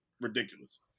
ridiculous